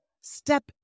Step